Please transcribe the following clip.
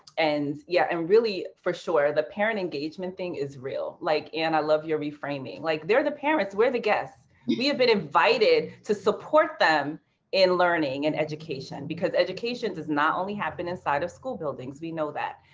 and yeah, and really for sure, the parent engagement thing is real. like, anne, i love your reframing. like they are the parents we are the guests. we have been invited to support them in learning and education, because education does not only happen inside of school buildings. we know that.